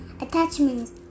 attachments